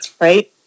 right